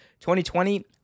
2020